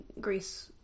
Greece